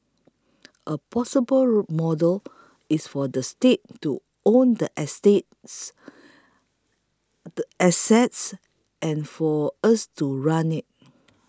a possible model is for the state to own the astas assets and for us to run it